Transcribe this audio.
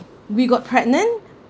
we got pregnant